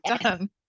done